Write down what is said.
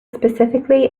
specifically